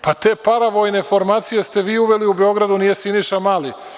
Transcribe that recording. Pa, te paravojne formacije ste vi uveli u Beogradu nije Siniša Mali.